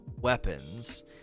weapons